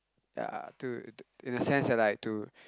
ya to in a sense that like to